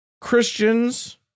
Christians